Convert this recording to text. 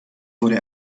wurde